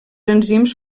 enzims